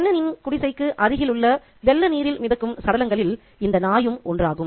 சென்னனின் குடிசைக்கு அருகிலுள்ள வெள்ள நீரில் மிதக்கும் சடலங்களில் இந்த நாயும் ஒன்றாகும்